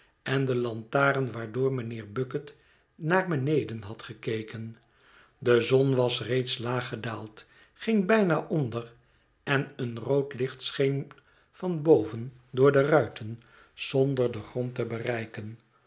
en de lantaren waardoor mijnheer bucket naar beneden had gekeken de zon was reeds laag gedaald ging bijna onder en een rood licht scheen van boven door de ruiten zonder den grond te bereiken